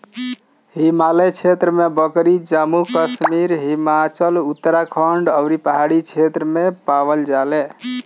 हिमालय क्षेत्र में बकरी जम्मू कश्मीर, हिमाचल, उत्तराखंड अउरी पहाड़ी क्षेत्र में पावल जाले